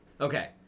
Okay